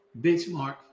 benchmark